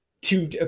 two